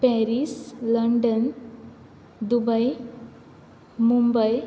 Paris London Dubai Mumbai